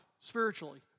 spiritually